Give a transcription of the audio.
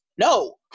No